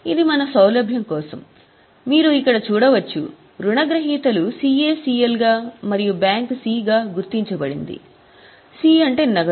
ఇది మన సౌలభ్యం కోసం మీరు ఇక్కడ చూడవచ్చు రుణగ్రహీతలు CACL గా మరియు బ్యాంక్ C గా గుర్తించబడింది సి అంటే నగదు